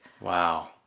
Wow